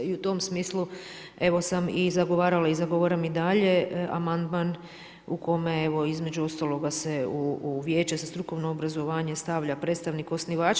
I u tom smislu evo sam i zagovarala i zagovaram i dalje amandman u kome evo između ostaloga se u Vijeće za strukovno obrazovanje stavlja predstavnik osnivača.